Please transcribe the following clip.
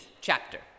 chapter